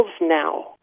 now